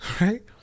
Right